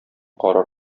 карар